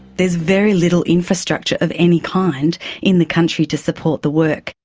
there's very little infrastructure of any kind in the country to support the work.